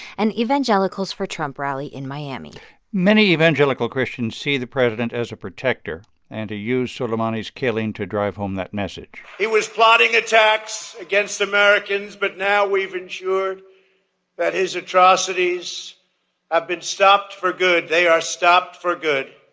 an evangelicals for trump rally in miami many evangelical christians see the president as a protector and to use soleimani's killing to drive home that message he was plotting attacks against americans, but now we've ensured that his atrocities have been stopped for good. they are stopped for good.